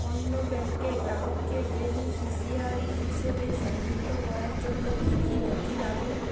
অন্য ব্যাংকের গ্রাহককে বেনিফিসিয়ারি হিসেবে সংযুক্ত করার জন্য কী কী নথি লাগবে?